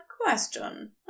question